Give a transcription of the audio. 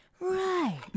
right